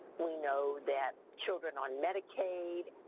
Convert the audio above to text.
we know that children on medicaid,